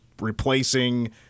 replacing